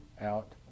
out